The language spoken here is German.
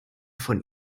von